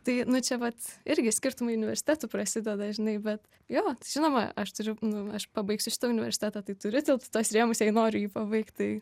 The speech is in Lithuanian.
tai nu čia vat irgi skirtumai universitetų prasideda žinai bet jo žinoma aš turiu nu aš pabaigsiu šitą universitetą tai turiu tilpt į tuos rėmus jei noriu jį pabaigti tai